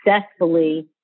successfully